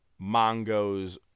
Mongo's